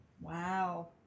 Wow